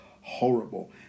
horrible